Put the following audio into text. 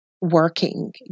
working